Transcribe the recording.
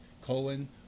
colon